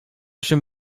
się